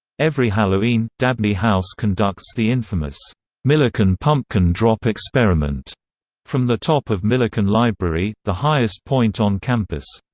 every halloween, dabney house conducts the infamous millikan pumpkin-drop experiment from the top of millikan library, the highest point on campus.